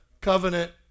covenant